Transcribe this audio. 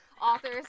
authors